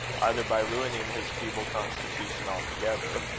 either by ruining his feeble constitution altogether,